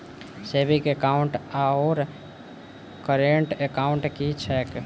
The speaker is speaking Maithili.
सेविंग एकाउन्ट आओर करेन्ट एकाउन्ट की छैक?